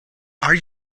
are